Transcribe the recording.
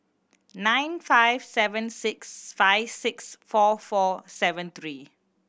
nine five seven six five six four four seven three